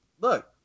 look